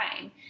time